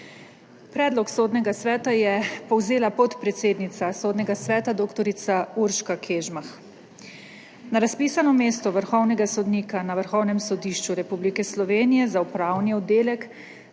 Predlog Sodnega sveta je povzela podpredsednica Sodnega sveta dr. Urška Kežmah. Na razpisano mesto vrhovnega sodnika na Vrhovnem sodišču Republike Slovenije za upravni oddelek